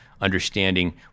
understanding